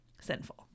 sinful